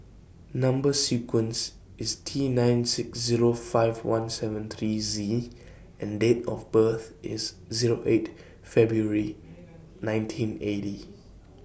Number sequence IS T nine six Zero five one seven three Z and Date of birth IS Zero eight February nineteen eighty